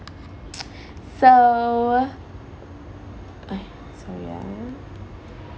so I sorry ah